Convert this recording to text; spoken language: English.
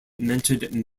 mentored